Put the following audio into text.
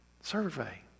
survey